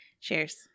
Cheers